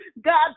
God